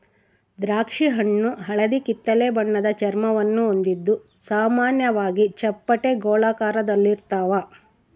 ದ್ರಾಕ್ಷಿಹಣ್ಣು ಹಳದಿಕಿತ್ತಳೆ ಬಣ್ಣದ ಚರ್ಮವನ್ನು ಹೊಂದಿದ್ದು ಸಾಮಾನ್ಯವಾಗಿ ಚಪ್ಪಟೆ ಗೋಳಾಕಾರದಲ್ಲಿರ್ತಾವ